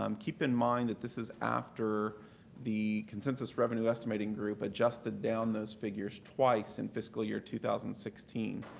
um keep in mind that this is after the consensus revenue estimating group adjusted down those figures twice in fiscal year two thousand and sixteen,